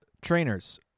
Trainers